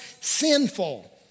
sinful